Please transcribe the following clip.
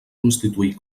constituir